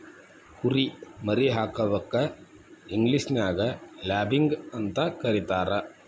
ಕುರಿ ಮರಿ ಹಾಕೋದಕ್ಕ ಇಂಗ್ಲೇಷನ್ಯಾಗ ಲ್ಯಾಬಿಂಗ್ ಅಂತ ಕರೇತಾರ